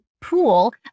pool